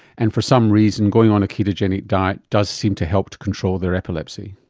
and for some reason going on a ketogenic diet does seem to help to control their epilepsy.